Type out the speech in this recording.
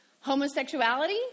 homosexuality